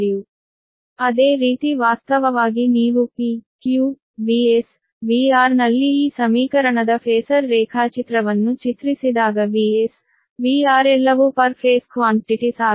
ಅದೇ ರೀತಿ ವಾಸ್ತವವಾಗಿ ನೀವು P QVS VR ನಲ್ಲಿ ಈ ಸಮೀಕರಣದ ಫೇಸರ್ ರೇಖಾಚಿತ್ರವನ್ನು ಚಿತ್ರಿಸಿದಾಗ VS VR ಎಲ್ಲವೂ ಪರ್ ಫೇಸ್ ಕ್ವಾನ್ಟ್ಟಿಟಿಸ್ ಆಗಿವೆ